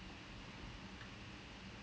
ya I mean